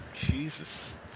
Jesus